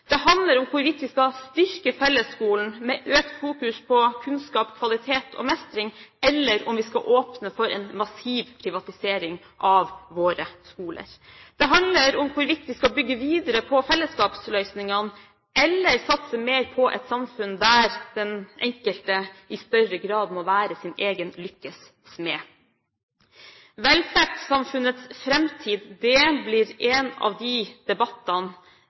Det handler om hvorvidt vi skal styrke fellesskolen med økt fokus på kunnskap, kvalitet og mestring, eller om vi skal åpne for en massiv privatisering av våre skoler. Det handler om hvorvidt vi skal bygge videre på fellesskapsløsningene, eller satse mer på et samfunn der den enkelte i større grad må være sin egen lykkes smed. Velferdssamfunnets framtid blir én av de debattene